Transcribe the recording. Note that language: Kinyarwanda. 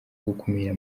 gukumira